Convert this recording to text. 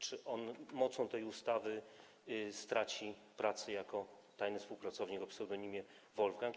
Czy on mocą tej ustawy straci pracę jako tajny współpracownik o pseudonimie Wolfgang?